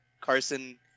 carson